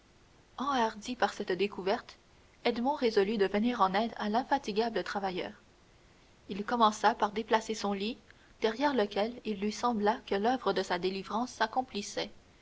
enhardi par cette découverte edmond résolut de venir en aide à l'infatigable travailleur il commença par déplacer son lit derrière lequel il lui semblait que l'oeuvre de délivrance s'accomplissait